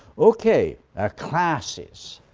okay, ah classes.